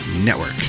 Network